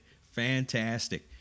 Fantastic